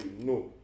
no